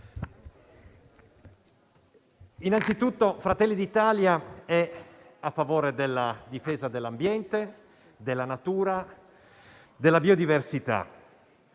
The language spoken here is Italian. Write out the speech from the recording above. innanzitutto Fratelli d'Italia è a favore della difesa dell'ambiente, della natura e della biodiversità.